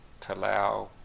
Palau